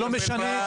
לא משנה,